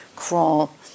crawl